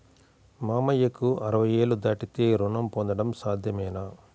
మామయ్యకు అరవై ఏళ్లు దాటితే రుణం పొందడం సాధ్యమేనా?